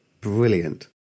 Brilliant